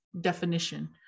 definition